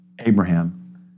Abraham